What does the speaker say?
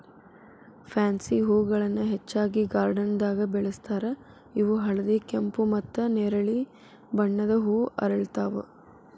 pansy ಹೂಗಳನ್ನ ಹೆಚ್ಚಾಗಿ ಗಾರ್ಡನ್ದಾಗ ಬೆಳೆಸ್ತಾರ ಇವು ಹಳದಿ, ಕೆಂಪು, ಮತ್ತ್ ನೆರಳಿ ಬಣ್ಣದ ಹೂ ಅರಳ್ತಾವ